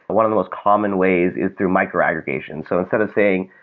one of the most common ways is through micro-aggregations. so instead of saying,